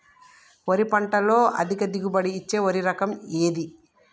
వరి పంట లో అధిక దిగుబడి ఇచ్చే వరి రకం ఏది?